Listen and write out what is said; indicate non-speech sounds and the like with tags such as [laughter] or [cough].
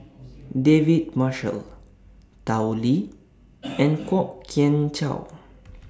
David Marshall Tao Li [noise] and Kwok Kian Chow